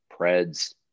Preds